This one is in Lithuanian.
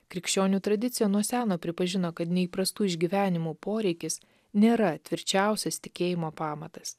krikščionių tradicija nuo seno pripažino kad neįprastų išgyvenimų poreikis nėra tvirčiausias tikėjimo pamatas